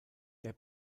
der